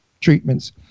Treatments